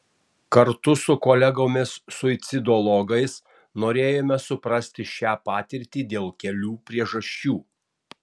kartu su kolegomis suicidologais norėjome suprasti šią patirtį dėl kelių priežasčių